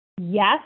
Yes